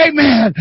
Amen